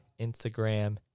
Instagram